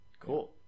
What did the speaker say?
Cool